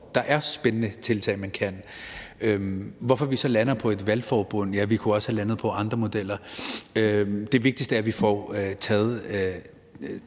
der er spændende tiltag, man kan gøre. Hvorfor lander vi så på et valgforbund? Ja, vi kunne også være landet på andre modeller. Det vigtigste er, at vi får taget